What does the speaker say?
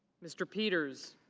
mr. peters.